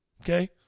Okay